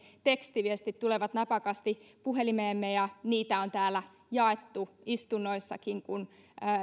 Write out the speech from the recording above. tekstiviestit tulevat napakasti puhelimeemme niitä on täällä jaettu istunnoissakin kun